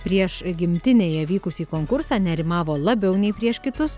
prieš gimtinėje vykusį konkursą nerimavo labiau nei prieš kitus